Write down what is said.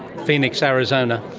phoenix arizona,